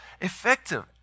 effective